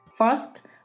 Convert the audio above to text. First